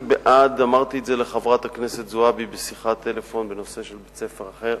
אמרתי את זה לחברת הכנסת זועבי בשיחת טלפון בנושא של בית-ספר אחר,